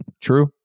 true